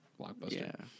Blockbuster